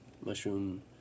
mushroom